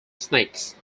snakes